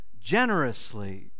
generously